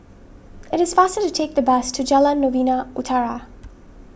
it is faster to take the bus to Jalan Novena Utara